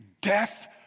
Death